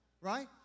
Right